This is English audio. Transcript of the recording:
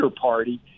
party